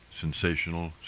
sensational